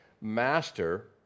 master